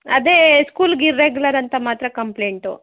ಅದೇ ಸ್ಕೂಲ್ಗೆ ಇರ್ರೆಗ್ಯುಲರ್ ಅಂತ ಮಾತ್ರ ಕಂಪ್ಲೇಂಟು